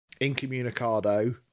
Incommunicado